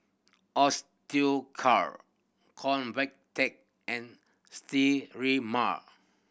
Osteocare Convatec and Sterimar